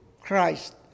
Christ